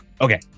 Okay